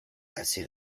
assez